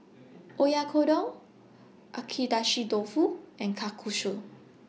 Oyakodon Agedashi Dofu and Kalguksu